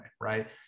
right